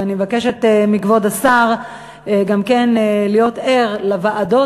ואני מבקשת מכבוד השר גם כן להיות ער לוועדות,